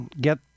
get